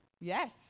Yes